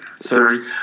sorry